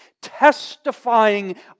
Testifying